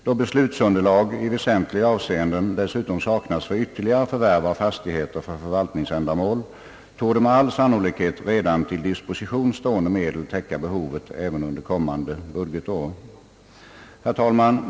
Då beslutsunderlag i väsentliga avseenden saknas för ytterligare förvärv av fastig heter för förvaltningsändamål, torde med all sannolikhet till disposition redan stående medel täcka behovet under kommande budgetår. Herr talman!